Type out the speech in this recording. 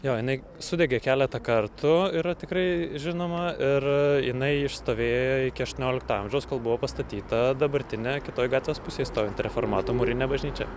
jo jinai sudegė keletą kartų yra tikrai žinoma ir jinai išstovėjo iki aštuoniolikto amžiaus kol buvo pastatyta dabartinė kitoj gatvės pusėj stovinti reformatų mūrinė bažnyčia